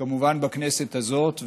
וכמובן בכנסת הזאת,